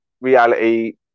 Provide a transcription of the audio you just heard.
reality